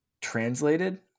translated